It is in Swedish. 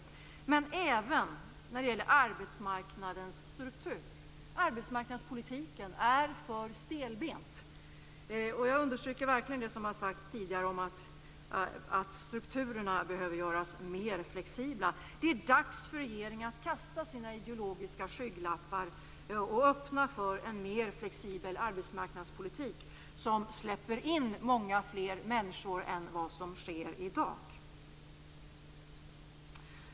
Men det gäller även arbetsmarknadens struktur. Arbetsmarknadspolitiken är för stelbent. Jag understryker verkligen det som sades tidigare om att strukturerna behöver göras mer flexibla. Det är dags för regeringen att kasta sina ideologiska skygglappar och öppna för en mer flexibel arbetsmarknadspolitik, som släpper in många fler människor än vad som sker i dag.